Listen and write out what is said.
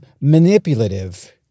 manipulative